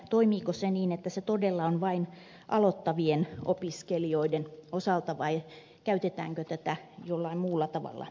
toimiiko se niin että se todella on käytössä vain aloittavien opiskelijoiden osalta vai käytetäänkö tätä jollain muulla tavalla myös hyödyksi